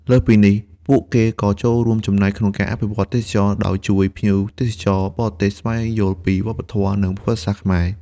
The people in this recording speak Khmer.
លើសពីនេះ ពួកគេក៏ចូលរួមចំណែកក្នុងការអភិវឌ្ឍទេសចរណ៍ ដោយជួយភ្ញៀវទេសចរបរទេសស្វែងយល់ពីវប្បធម៌ និងប្រវត្តិសាស្ត្រខ្មែរ។